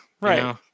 Right